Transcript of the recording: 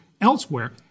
elsewhere